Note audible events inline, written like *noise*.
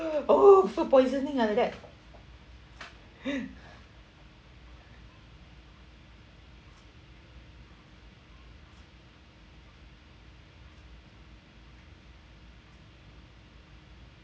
oh food poisoning ah like that *noise*